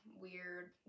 weird